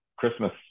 Christmas